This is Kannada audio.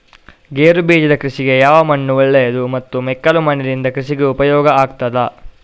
ಗೇರುಬೀಜದ ಕೃಷಿಗೆ ಯಾವ ಮಣ್ಣು ಒಳ್ಳೆಯದು ಮತ್ತು ಮೆಕ್ಕಲು ಮಣ್ಣಿನಿಂದ ಕೃಷಿಗೆ ಉಪಯೋಗ ಆಗುತ್ತದಾ?